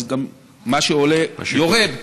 ואז גם מה שעולה יורד,